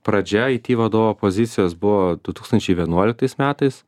pradžia aiti vadovo pozicijos buvo du tūkstančiai vienuoliktais metais